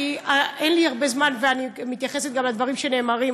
כי אין לי הרבה זמן ואני מתייחסת גם לדברים שנאמרים,